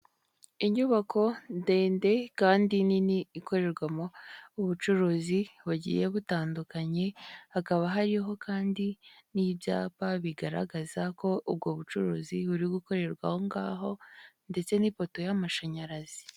Inyubako ndende kandi nini ikorerwamo ubucuruzi bugiye butandukanye, hakaba hariho kandi n'ibyapa bigaragaza ko ubwo bucuruzi buri gukorerwa aho ngaho ndetse n'ipoto y'amashanyarazi.